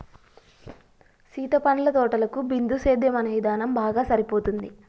సీత పండ్ల తోటలకు బిందుసేద్యం అనే ఇధానం బాగా సరిపోతుంది